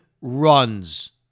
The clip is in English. runs